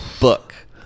book